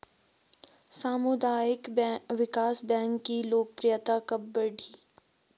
सामुदायिक विकास बैंक की लोकप्रियता कब बढ़ी?